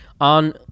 On